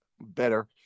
better